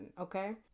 okay